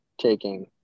taking